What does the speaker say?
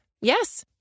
Yes